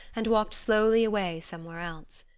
and walked slowly away somewhere else.